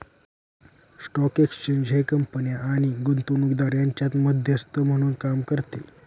stock exchange हे कंपन्या आणि गुंतवणूकदार यांच्यात मध्यस्थ म्हणून काम करते